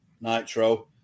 Nitro